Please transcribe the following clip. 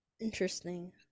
interesting